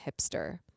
hipster